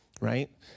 right